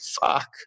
fuck